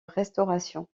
restauration